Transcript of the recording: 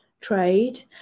trade